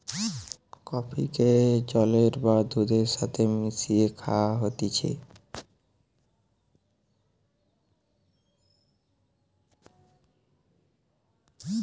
কফিকে জলের বা দুধের সাথে মিশিয়ে খায়া হতিছে